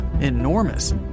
Enormous